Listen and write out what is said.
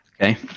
Okay